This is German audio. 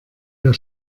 der